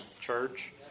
Church